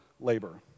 labor